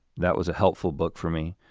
that was a helpful book for me.